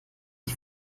sie